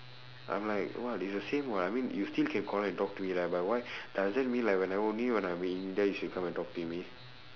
I'm like what it's the same what I mean you still can call and talk to me right but why does that mean like when I only when I'm in india she'll come and talk to me